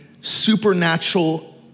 supernatural